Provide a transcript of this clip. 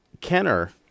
Kenner